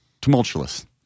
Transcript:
tumultuous